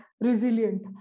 resilient